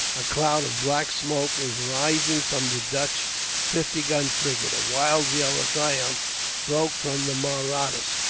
a cloud of black smoke was rising from the dutch fifty-gun frigate. a wild yell of triumph broke from the mahrattas.